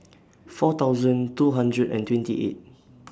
four thousand two hundred and twenty eight